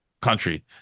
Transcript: country